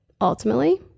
ultimately